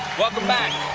welcome back!